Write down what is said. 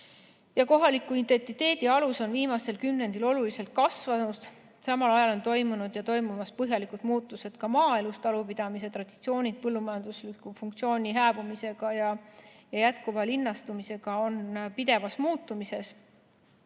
kohaliku identiteedi alus, on viimasel kümnendil oluliselt kasvanud. Samal ajal on toimunud ja toimumas põhjalikud muutused ka maaelus. Talupidamise traditsioonid on põllumajandusliku funktsiooni hääbumisega ja jätkuva linnastumisega seoses pidevas muutumises.